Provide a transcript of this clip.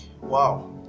wow